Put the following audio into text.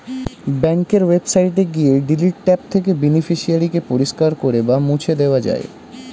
ব্যাঙ্কের ওয়েবসাইটে গিয়ে ডিলিট ট্যাব থেকে বেনিফিশিয়ারি কে পরিষ্কার করে বা মুছে দেওয়া যায়